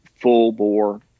full-bore